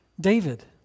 David